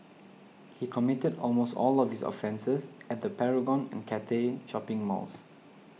he committed almost all of his offences at the Paragon and Cathay shopping malls